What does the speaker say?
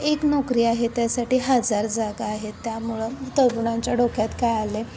एक नोकरी आहे त्यासाठी हजार जागा आहे त्यामुळं तरुणांच्या डोक्यात काय आलं आहे